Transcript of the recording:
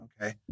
okay